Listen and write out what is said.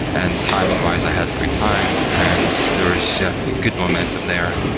and timing-wise, i had free time, and there was a good momentum there.